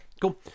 cool